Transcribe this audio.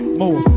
move